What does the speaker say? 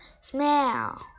smell